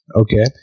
Okay